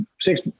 six